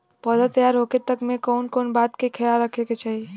पौधा तैयार होखे तक मे कउन कउन बात के ख्याल रखे के चाही?